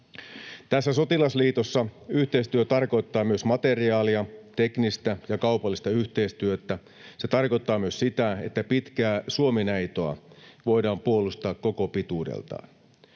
Tässä sotilasliitossa yhteistyö tarkoittaa myös materiaalia, teknistä ja kaupallista yhteistyötä. Se tarkoittaa myös sitä, että pitkää Suomi-neitoa voidaan puolustaa koko pituudeltaan.